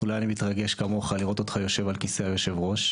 אני מתרגש כמוך לראות אותך יושב על כיסא היושב-ראש.